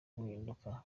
guhinduka